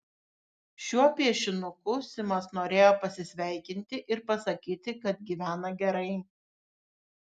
šiuo piešinuku simas norėjo pasisveikinti ir pasakyti kad gyvena gerai